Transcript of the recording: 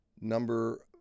Number